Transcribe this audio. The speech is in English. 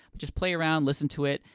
but just play around, listen to it,